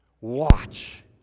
Watch